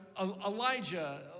Elijah